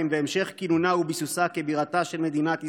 והמשך כינונה וביסוסה כבירתה של מדינת ישראל.